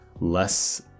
less